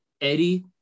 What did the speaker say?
Eddie